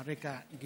גם על רקע גזעני.